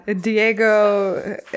Diego